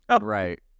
Right